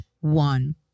one